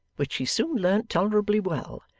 which she soon learnt tolerably well,